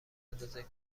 اندازه